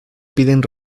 piden